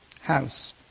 house